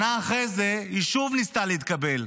שנה אחרי זה היא שוב ניסתה להתקבל,